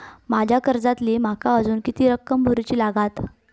माझ्या कर्जातली माका अजून किती रक्कम भरुची लागात?